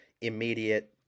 immediate